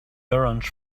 orange